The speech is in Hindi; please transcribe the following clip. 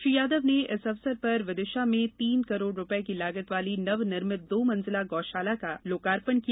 श्री यादव ने इस अवसर पर विदिशा में तीन करोड़ रूपये की लागत वाली नवनिर्मित दो मंजिला गौशाला का लोकार्पण किया